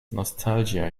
nostalgia